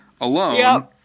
alone